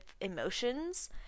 emotions